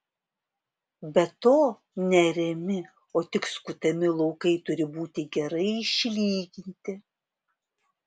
be to neariami o tik skutami laukai turi būti gerai išlyginti